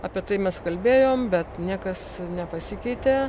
apie tai mes kalbėjom bet niekas nepasikeitė